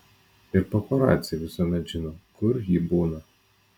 ir paparaciai visuomet žino kur ji būna